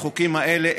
החוקים האלה,